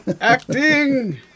Acting